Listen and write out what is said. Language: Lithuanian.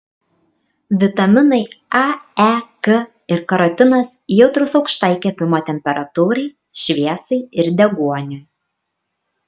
vitaminai a e k ir karotinas jautrūs aukštai kepimo temperatūrai šviesai ir deguoniui